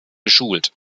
geschult